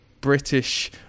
British